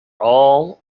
all